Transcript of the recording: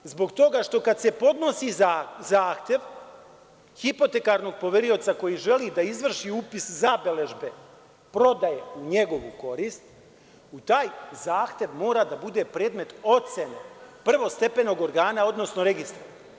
Zbog toga što, kad se podnosi zahtev hipotekarnog poverioca koji želi da izvrši upis zabeležbe prodaje u njegovu korist, u taj zahtev mora da bude predmet ocene prvostepenog organa, odnosno registra.